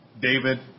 David